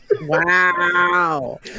Wow